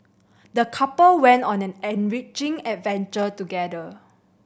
the couple went on an enriching adventure together